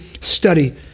study